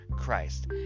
Christ